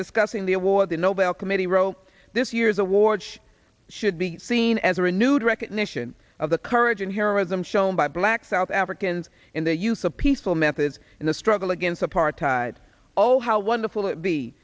discussing the award the nobel committee wrote this year's awards should be seen as a renewed recognition of the courage and heroism shown by black south africans in the use of peaceful methods in the struggle against apartheid oh how wonderful it be